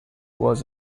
was